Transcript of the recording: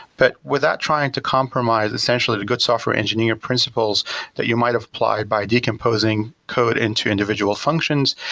but without trying to compromise essentially the good software engineering principles that you might have applied by decomposing code into individual functions.